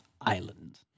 island